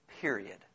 Period